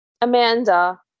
Amanda